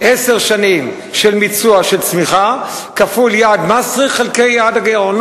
עשר שנים של מיצוע של צמיחה כפול יעד מס חלקי יעד הגירעון.